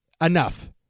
Enough